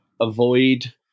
avoid